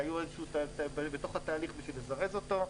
שהיו בתוך התהליך כדי לזרז אותו.